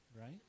right